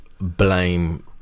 blame